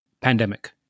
pandemic